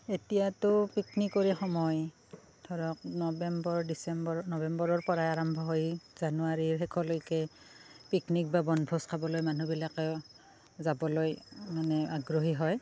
এতিয়াতো পিকনিকৰে সময় ধৰক নৱেম্বৰ ডিচেম্বৰ নৱেম্বৰৰ পৰাই আৰম্ভ হয় জানুৱাৰীৰ শেষলৈকে পিকনিক বা বনভোজ খাবলৈ মানুহবিলাকে যাবলৈ মানে আগ্ৰহী হয়